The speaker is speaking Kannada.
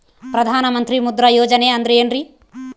ಪ್ರಧಾನ ಮಂತ್ರಿ ಮುದ್ರಾ ಯೋಜನೆ ಅಂದ್ರೆ ಏನ್ರಿ?